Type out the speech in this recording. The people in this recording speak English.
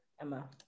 Emma